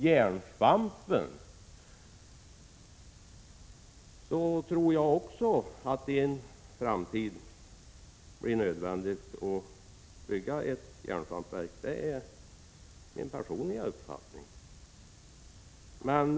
Jag tror också att det i en framtid blir nödvändigt att bygga ett järnsvampsverk — det är min personliga uppfattning.